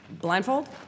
Blindfold